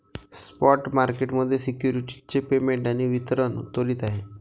spot market मध्ये securities चे payment आणि वितरण त्वरित आहे